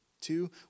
Two